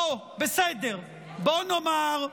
בוא, בסדר, בוא נאמר,